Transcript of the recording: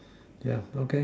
yeah okay